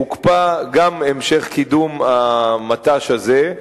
הוקפא גם המשך קידום המט"ש הזה.